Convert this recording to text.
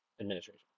Administration